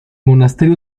monasterio